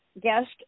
guest